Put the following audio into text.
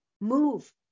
move